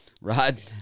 Rod